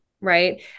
Right